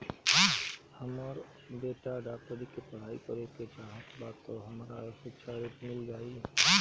हमर बेटा डाक्टरी के पढ़ाई करेके चाहत बा त हमरा शिक्षा ऋण मिल जाई?